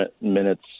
minutes